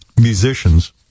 musicians